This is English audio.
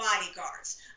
bodyguards